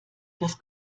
das